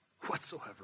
whatsoever